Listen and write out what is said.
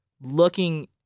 Looking